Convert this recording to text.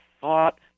thought